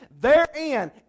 Therein